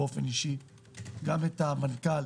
ומכיר באופן אישי גם את המנכ"ל,